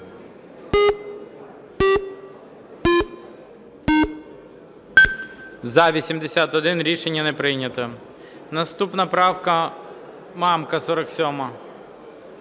За-81 Рішення не прийнято. Наступна правка Мамка, 47-а.